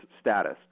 status